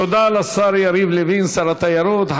תודה לשר יריב לוין, שר התיירות.